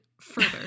further